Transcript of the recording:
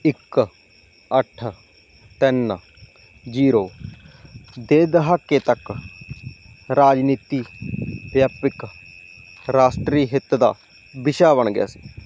ਇੱਕ ਅੱਠ ਤਿੰਨ ਜੀਰੋ ਦੇ ਦਹਾਕੇ ਤੱਕ ਰਾਜਨੀਤੀ ਵਿਆਪਕ ਰਾਸ਼ਟਰੀ ਹਿੱਤ ਦਾ ਵਿਸ਼ਾ ਬਣ ਗਿਆ ਸੀ